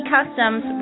Customs